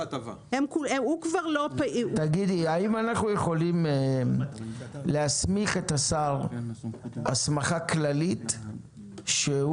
האם אנחנו יכולים להסמיך את השר הסמכה כללית שהוא